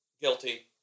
guilty